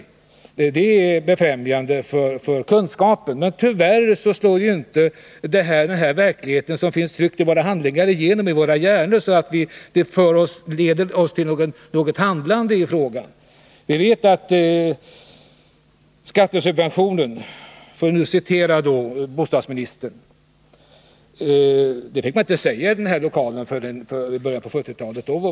De uppgifter som hon gett är befrämjande för kunskapen. Men tyvärr slår verkligheten — som det finns uppgifter om i våra handlingar — inte alltid igenom våra hjärnor, så att det leder oss till något handlande. Ordet skattesubvention fick man inte använda i den här lokalen i början på 1970-talet.